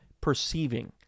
perceiving